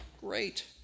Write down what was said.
Great